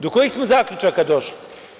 Do kojih smo zaključaka došli?